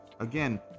Again